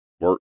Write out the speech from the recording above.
work